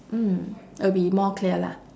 mm it'll be more clear lah